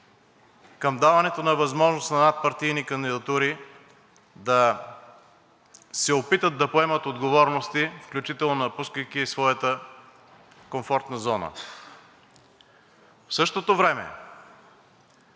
към даването на възможност на надпартийни кандидатури да се опитат да поемат отговорности, включително напускайки своята комфортна зона. В същото време